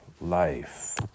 life